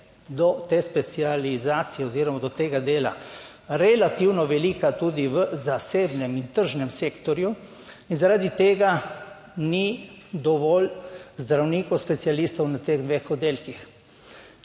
do te specializacije oziroma do tega dela relativno velika tudi v zasebnem in tržnem sektorju in zaradi tega ni dovolj zdravnikov specialistov na teh dveh oddelkih.